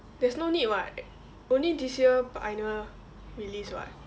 there's no need [what] only this year pioneer release [what]